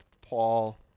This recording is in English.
Paul